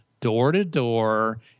door-to-door